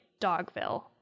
Dogville